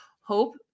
hope